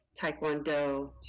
Taekwondo